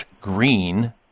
green